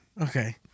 Okay